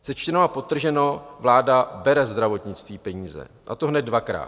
Sečteno a podtrženo, vláda bere zdravotnictví peníze, a to hned dvakrát.